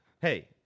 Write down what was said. Hey